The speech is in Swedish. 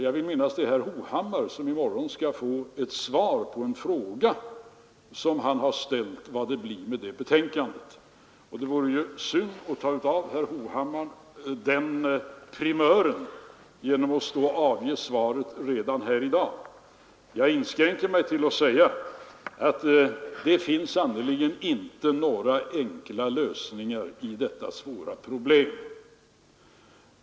Jag vill minnas att det är herr Hovham mar som i morgon skall få svar på en fråga om vad det blir med detta betänkande, och det vore ju synd att ta från herr Hovhammar den primören genom att avge svaret redan här i dag. Jag inskränker mig till att säga att det finns sannerligen inte några enkla lösningar på detta svåra problem.